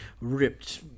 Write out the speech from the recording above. ripped